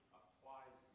applies